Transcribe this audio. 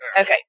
Okay